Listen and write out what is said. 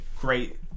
great